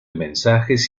mensajes